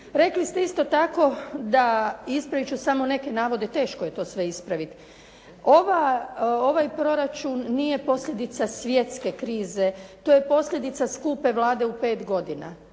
Rekli ste isto tako da, ispravit ću samo neke navode teško je to sve ispraviti, ovaj proračun nije posljedica svjetske krize, to je posljedica skupe Vlade u pet godina.